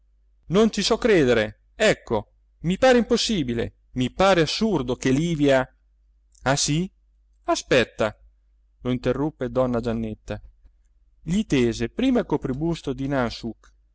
non ci so credere ecco i pare impossibile mi pare assurdo che livia ah sì aspetta lo interruppe donna giannetta gli tese prima il copribusto di nansouk